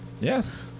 Yes